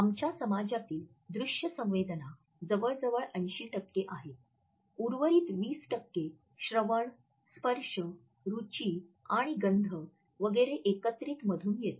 आमच्या समजातील दृश्य संवेदना जवळजवळ ८० टक्के आहेत उर्वरित २० टक्के श्रवण स्पर्श रुची आणि गंध वगैरे एकत्रित मधून येते